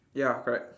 ya correct